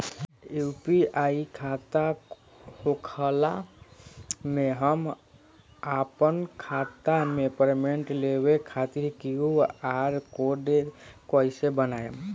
UPI खाता होखला मे हम आपन खाता मे पेमेंट लेवे खातिर क्यू.आर कोड कइसे बनाएम?